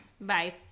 Bye